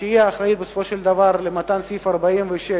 שהיא האחראית בסופו של דבר למתן הזיכוי בסעיף 46,